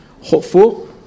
hopeful